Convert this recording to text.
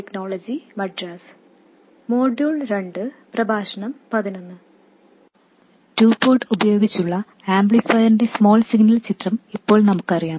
to port ഉപയോഗിച്ചുള്ള ആംപ്ലിഫയറിന്റെ small signal ചിത്രം ഇപ്പോൾ നമുക്കറിയാം